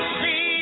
see